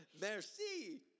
Merci